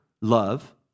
love